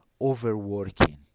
overworking